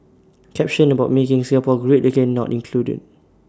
caption about making Singapore great again not included